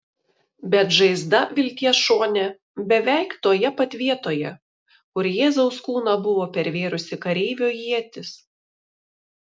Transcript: bet žaizda vilties šone beveik toje pat vietoje kur jėzaus kūną buvo pervėrusi kareivio ietis